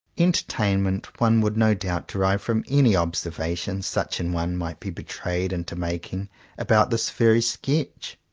entertainment one would no doubt derive from any observations such an one might be betrayed into making about this very sketch.